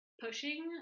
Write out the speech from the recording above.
pushing